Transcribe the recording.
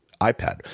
iPad